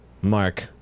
Mark